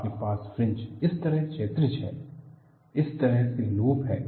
आपके पास फ्रिंज इस तरह क्षैतिज हैं इस तरह से लूप है